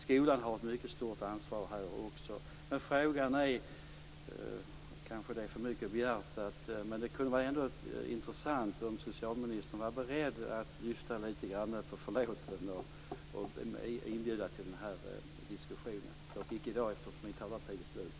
Skolan har här ett mycket stort ansvar. Det är kanske för mycket begärt, men det vore intressant om socialministern var beredd att lyfta lite grann på förlåten och inbjuda till denna diskussion, men icke i dag, eftersom min talartid är slut.